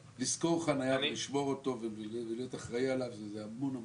לשכור חניה ולשמור את הרכב ולהיות אחראי עליו זה המון זמן.